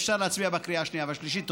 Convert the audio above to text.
אפשר להצביע בקריאה השנייה והשלישית.